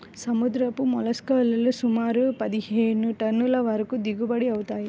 సముద్రపు మోల్లస్క్ లు సుమారు పదిహేను టన్నుల వరకు దిగుబడి అవుతాయి